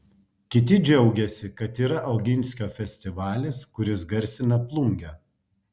kiti džiaugiasi kad yra oginskio festivalis kuris garsina plungę